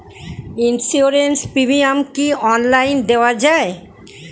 Insurance premium কি online দেওয়া যায়?